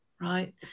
right